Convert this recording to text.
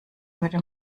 würde